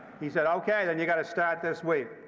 he said, ok, then you've got to start this week.